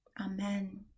amen